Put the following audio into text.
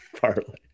Partly